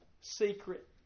secret